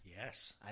Yes